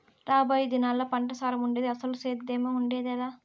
రాబోయే దినాల్లా పంటసారం ఉండేది, అసలు సేద్దెమే ఉండేదెలా